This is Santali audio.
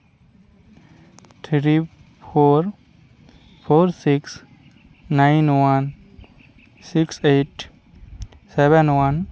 three four four six nine one six eight seven one